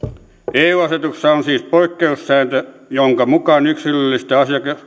eu asetuksessa on siis poikkeussääntö jonka mukaan yksilöllistä